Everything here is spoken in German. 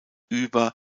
über